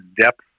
depth